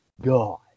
God